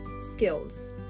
Skills